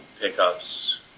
pickups